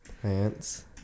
plants